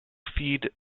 feed